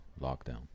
lockdown